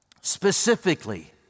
Specifically